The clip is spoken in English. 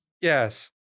Yes